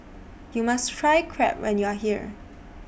YOU must Try Crepe when YOU Are here